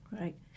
Right